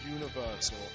Universal